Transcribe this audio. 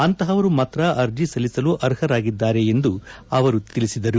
ಅಂತಹವರು ಮಾತ್ರ ಅರ್ಜಿ ಸಲ್ಲಿಸಲು ಅರ್ಹರಾಗಿದ್ದಾರೆ ಎಂದು ಅವರು ತಿಳಿಸಿದರು